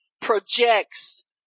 projects